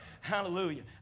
hallelujah